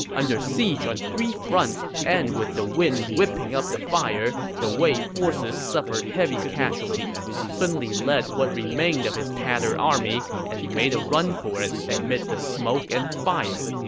under siege on three fronts and with the wind whipping up the fire, the wei forces suffered heavy casualties. sun li led what remained of his tattered army and made a run for it amid the smoke and fire.